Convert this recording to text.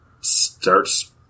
starts